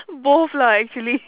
both lah actually